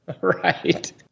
right